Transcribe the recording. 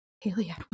Haley